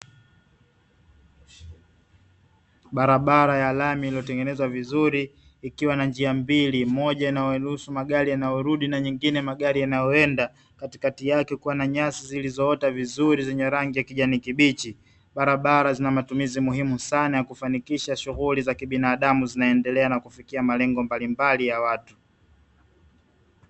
Barabara ya lami iliyotengenezwa vizuri ikiwa na njia mbili. Moja inayoruhusu magari yanayorudi na nyingine magari yanayoenda. Katikati yake kukiwa na nyasi zilizoota vizuri zenye rangi ya kijani kibichi. Barabara zina matumizi muhimu sana ya kufanikisha shughuli za kibinadamu zinaendelea na kufikia malengo mbalimbali ya watu.